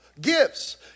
Gifts